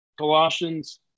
Colossians